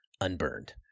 unburned